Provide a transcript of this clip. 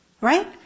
Right